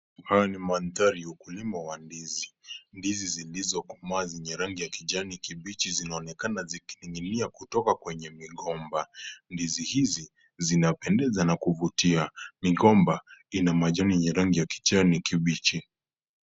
Mandhari ya ukulima wa ndizi, ndizi zilizokomaa zenye rangi ya kijani kibichi zinaonekana zikininginia kutoka kwenye migomba, ndii hizi zinapendeza na kuvutia, migomba ina majani yenye rangi ya kijani kibichi.